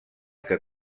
que